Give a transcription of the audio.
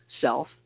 self